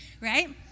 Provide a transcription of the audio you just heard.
right